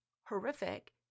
horrific